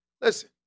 Listen